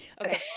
Okay